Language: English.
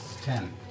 ten